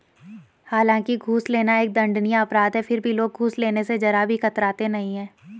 हालांकि घूस लेना एक अति दंडनीय अपराध है फिर भी लोग घूस लेने स जरा भी कतराते नहीं है